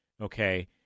Okay